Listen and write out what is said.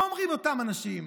מה אומרים אותם אנשים?